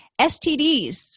STDs